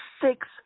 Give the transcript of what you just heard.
six